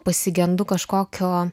pasigendu kažkokio